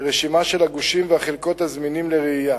רשימה של הגושים והחלקות הזמינים לרעייה.